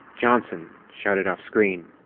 johnson, shouted offscreen.